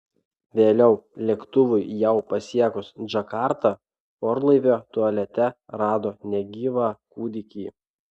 vėliau lėktuvui jau pasiekus džakartą orlaivio tualete rado negyvą kūdikį